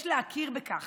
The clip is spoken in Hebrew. יש להכיר בכך